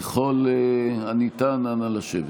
חברות וחברי הכנסת, נא לשבת.